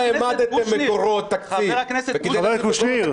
לא העמדתם את --- חבר הכנסת קושניר --- חבר הכנסת קושניר,